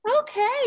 Okay